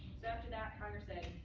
so after that, congress said,